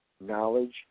Knowledge